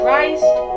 Christ